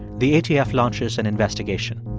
the atf launches an investigation.